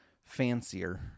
fancier